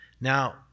Now